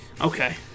Okay